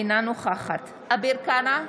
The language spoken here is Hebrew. אינה נוכחת אביר קארה,